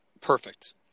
perfect